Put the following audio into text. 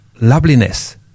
loveliness